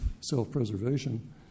self-preservation